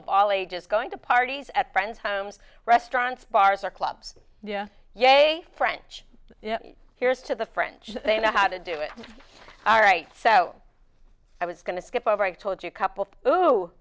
of all ages going to parties at friends homes restaurants bars or clubs yeah yeah a french here's to the french they know how to do it all right so i was going to skip over i told you couple